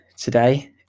today